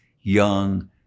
young